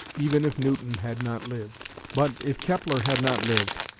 even if newton had not lived. but, if kepler had not lived,